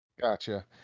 gotcha